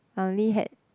I only had